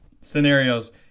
scenarios